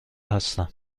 هستم